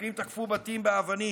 מתנחלים תקפו בתים באבנים.